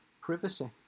privacy